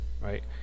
right